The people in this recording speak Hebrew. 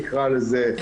נקרא לזה,